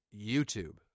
YouTube